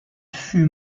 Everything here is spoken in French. fut